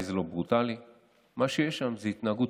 שיקלי, היו לו שלוש שאילתות.